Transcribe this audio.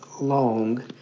long